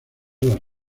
las